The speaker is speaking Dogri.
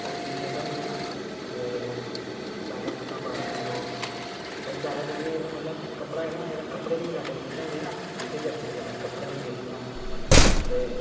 टी शर्टां होई गेइयां ते पैंटां पूंटा पाई लैंदे लोग पर ज्यादा करियै एह जेह्ड़ा मतलब कपड़ा जेह्ड़ा न कपडे दियां पैंटां कमीचां होंदियां न इयै चलदियां ज्यादा कपड़ा होई गेआ जियां ते